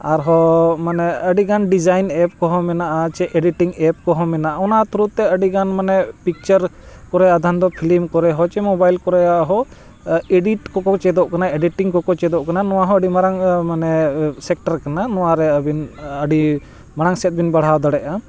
ᱟᱨᱦᱚᱸ ᱢᱟᱱᱮ ᱟᱹᱰᱤᱜᱟᱱ ᱰᱤᱡᱟᱭᱤᱱ ᱮᱯ ᱠᱚᱦᱚᱸ ᱢᱮᱱᱟᱜᱼᱟ ᱪᱮ ᱮᱰᱤᱴᱤᱝ ᱮᱯ ᱠᱚᱦᱚᱸ ᱢᱮᱱᱟᱜᱼᱟ ᱚᱱᱟ ᱛᱷᱩᱨᱩᱛᱮ ᱟᱹᱰᱤ ᱜᱟᱱ ᱢᱟᱱᱮ ᱯᱤᱠᱪᱟᱨ ᱠᱚᱨᱮ ᱟᱫᱷᱟᱱ ᱫᱚ ᱯᱷᱤᱞᱤᱢ ᱠᱚᱨᱮ ᱦᱚᱸ ᱪᱮ ᱢᱚᱵᱟᱭᱤᱞ ᱠᱚᱨᱮ ᱦᱚᱸ ᱮᱰᱤᱴ ᱠᱚᱠᱚ ᱪᱮᱫᱚᱜ ᱠᱟᱱᱟ ᱮᱰᱤᱴᱤᱝ ᱠᱚᱠᱚ ᱪᱮᱫᱚᱜ ᱠᱟᱱᱟ ᱱᱚᱣᱟ ᱦᱚᱸ ᱟᱹᱰᱤ ᱢᱟᱨᱟᱝ ᱢᱟᱱᱮ ᱥᱮᱠᱴᱟᱨ ᱠᱟᱱᱟ ᱱᱚᱣᱟ ᱨᱮ ᱟᱵᱤᱱ ᱟᱹᱰᱤ ᱢᱟᱨᱟᱝ ᱥᱮᱫ ᱵᱤᱱ ᱵᱟᱲᱦᱟᱣ ᱫᱟᱲᱮᱭᱟᱜᱼᱟ